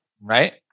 right